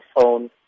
phone